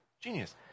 Genius